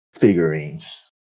figurines